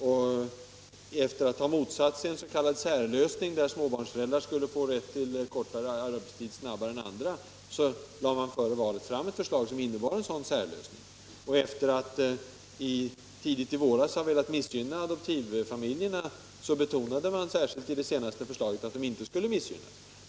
Och efter att ha motsatt sig en s.k. särlösning, där småbarnsföräldrar skulle få rätt till kortare arbetstid före andra grupper, lade man före valet fram ett förslag som innebar en sådan särlösning. Tidigt i våras ville man missgynna adoptivfamiljerna, men i det senaste förslaget betonar man särskilt att de inte skall missgynnas.